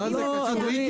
מה זה קשור.